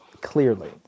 Clearly